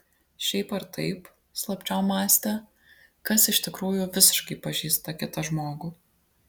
šiaip ar taip slapčiom mąstė kas iš tikrųjų visiškai pažįsta kitą žmogų